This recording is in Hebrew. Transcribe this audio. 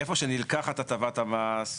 איפה שנלקחת הטבת המס,